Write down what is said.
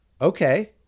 Okay